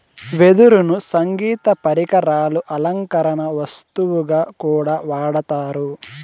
వెదురును సంగీత పరికరాలు, అలంకరణ వస్తువుగా కూడా వాడతారు